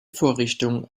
vorrichtung